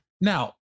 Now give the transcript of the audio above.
Now